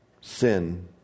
Sin